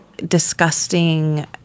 disgusting